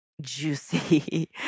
juicy